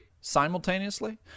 simultaneously